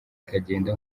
ikagenda